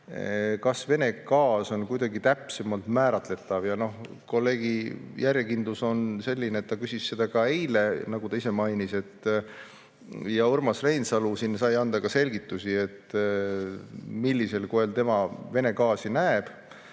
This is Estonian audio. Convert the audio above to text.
kas Vene gaas on kuidagi täpsemalt määratletav? Kolleegi järjekindlus on selline, et ta küsis seda ka eile, nagu ta ise mainis. Urmas Reinsalu sai anda selgitusi, millisel moel tema Vene gaasi näeb.